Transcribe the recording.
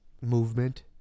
movement